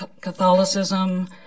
Catholicism